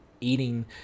eating